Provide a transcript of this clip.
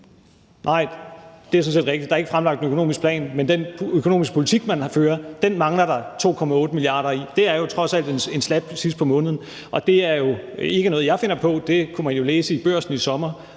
Nej, det er rigtigt, at der ikke er fremlagt en økonomisk plan, men i den økonomiske politik, man vil føre, mangler der 2,8 mia. kr. Det er trods alt en slat sidst på måneden. Det er jo ikke noget, jeg finder på, for det kunne man læse i Børsen i sommer,